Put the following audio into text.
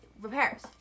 repairs